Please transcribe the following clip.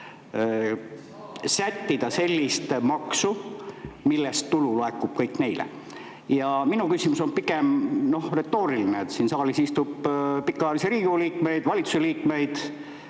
sättida sellist maksu, millest tulu laekub kõik neile. Minu küsimus on pigem retooriline. Siin saalis istub pikaajalisi Riigikogu liikmeid, valitsuse liikmeid.